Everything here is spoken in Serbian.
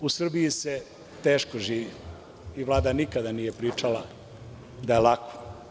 U Srbiji se teško živi i Vlada nikada nije pričala da je lako.